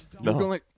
No